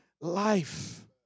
life